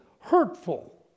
hurtful